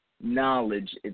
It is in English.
knowledge